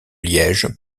liège